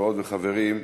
חברות וחברים,